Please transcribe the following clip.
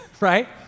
right